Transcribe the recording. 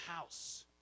house